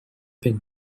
been